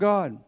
God